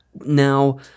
now